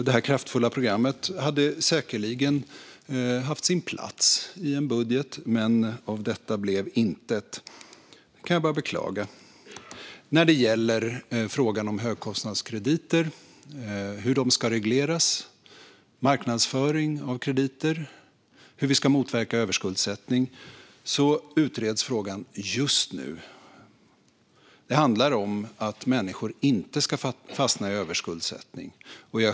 Detta kraftfulla program hade säkerligen haft sin plats i en budget, men av detta blev intet. Det kan jag bara beklaga. När det gäller frågan om högkostnadskrediter, hur de ska regleras, marknadsföring av krediter och hur vi ska motverka överskuldsättning utreds frågan just nu. Det handlar om att människor inte ska fastna i överskuldsättning.